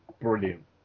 brilliant